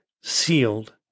sealed